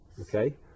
okay